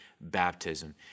baptism